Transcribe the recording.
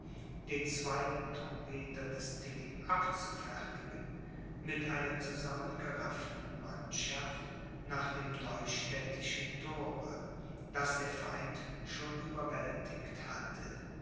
den zweiten trompeter des tilly abzufertigen mit einer zusammengerafften mannschaft nach dem neustädtischen thore das der feind schon überwältigt hatte